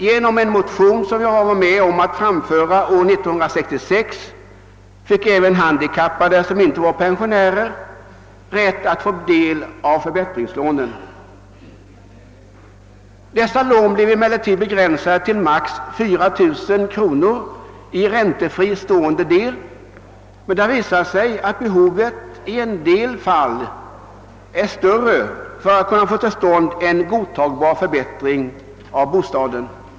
Ge nom en motion som jag var med om att framföra år 1966 fick även handikappade, som inte var pensionärer, rätt att utnyttja förbättringslånen. Dessa lån blir emellertid begränsade till maximalt 4 000 kronor i räntefri stående del, men det har visat sig att behovet i en del fall är större för att man skall kunna få till stånd en godtagbar förbättring av bostaden.